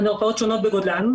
המרפאות שונות בגודלן,